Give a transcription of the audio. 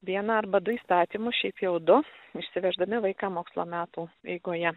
vieną arba du įstatymus šiaip jau du išsiveždami vaiką mokslo metų eigoje